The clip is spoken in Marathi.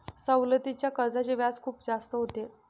सवलतीच्या कर्जाचे व्याज खूप जास्त होते